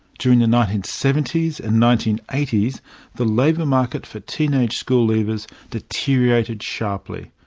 during the nineteen seventy s and nineteen eighty s the labour market for teenage school leavers deteriorated sharply.